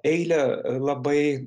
eilę labai